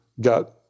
got